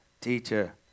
teacher